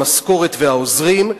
המשכורת והעוזרים,